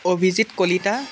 Abhijit Kalita